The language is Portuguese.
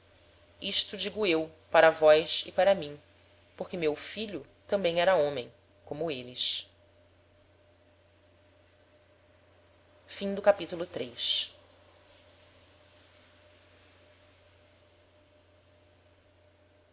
isto digo eu para vós e para mim porque meu filho tambem era homem como êles capitulo